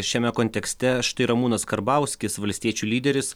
šiame kontekste štai ramūnas karbauskis valstiečių lyderis